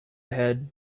ahead